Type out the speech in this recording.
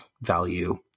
value